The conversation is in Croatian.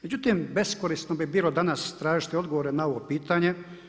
Međutim, beskorisno bi bilo danas tražiti odgovore na ovo pitanje.